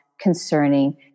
concerning